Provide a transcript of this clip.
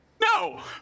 No